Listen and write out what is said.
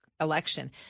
election